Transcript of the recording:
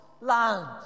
land